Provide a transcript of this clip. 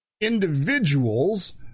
individuals